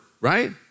right